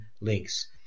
links